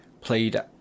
played